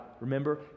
Remember